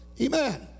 Amen